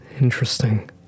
Interesting